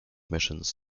missions